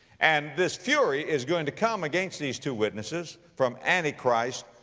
and this fury is going to come against these two witnesses from antichrist